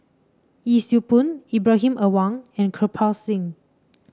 Yee Siew Pun Ibrahim Awang and Kirpal Singh